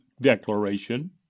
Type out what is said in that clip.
declaration